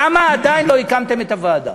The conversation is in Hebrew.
למה עדיין לא הקמתם את הוועדה.